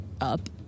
up